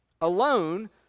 alone